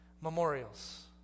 Memorials